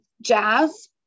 jazz